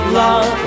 love